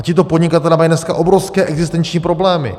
A tito podnikatelé mají dneska obrovské existenční problémy.